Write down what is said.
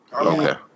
okay